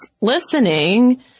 listening